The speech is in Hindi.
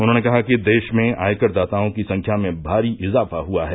उन्होंने कहा कि देश में आयकर दाताओं की संख्या में भारी इजाफा हुआ है